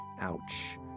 ouch